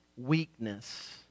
Weakness